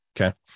Okay